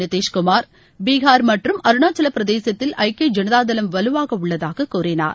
நிதிஷ் குமார் பீகார் மற்றும் அருணாச்சவப் பிரதேசத்தில் ஐக்கிய ஐனதா தளம் வலுவாக உள்ளதாக் கூறினார்